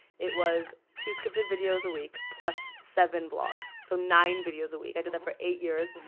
it was two scripted videos a week plus seven vlogs. so nine videos a week. i did that for eight years.